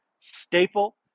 staple